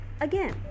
Again